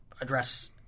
address